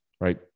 right